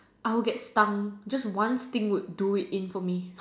I will get stung and just one sting will do it in for me